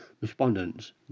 respondents